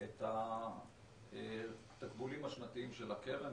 את התקבולים השנתיים של הקרן,